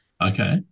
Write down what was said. Okay